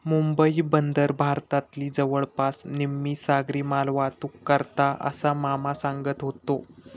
मुंबई बंदर भारतातली जवळपास निम्मी सागरी मालवाहतूक करता, असा मामा सांगत व्हतो